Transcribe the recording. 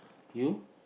you